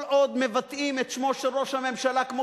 כל עוד מבטאים את שמו של ראש הממשלה כמו